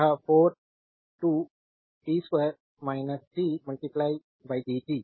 तो यह 4 2 t 2 t dt